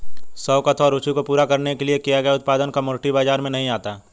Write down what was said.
शौक अथवा रूचि को पूरा करने के लिए किया गया उत्पादन कमोडिटी बाजार में नहीं आता